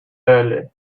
early